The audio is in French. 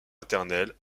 maternelles